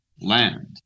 land